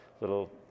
little